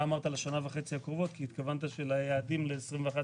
אתה אמרת לשנה וחצי הקרובות והתכוונת של היעדים ל-2022-2021,